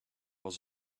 was